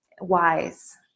wise